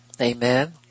Amen